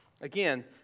Again